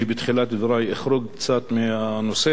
בתחילת דברי אחרוג קצת מהנושא,